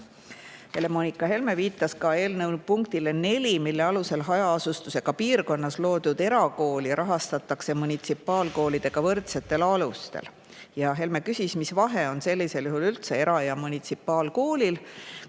Helle-Moonika Helme viitas ka eelnõu punktile 4, mille alusel hajaasustusega piirkonnas loodud erakooli rahastataks munitsipaalkoolidega võrdsetel alustel. Helme küsis, mis vahe on sellisel juhul üldse era- ja munitsipaalkoolil,